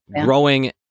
growing